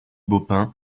baupin